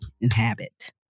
inhabit